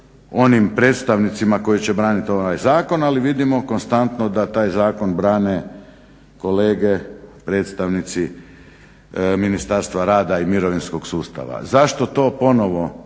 onim predstavnicima koji će braniti onaj zakon ali vidimo konstantno da taj zakon brane kolege predstavnici Ministarstva rada i mirovinskog sustava. Zašto to ponovo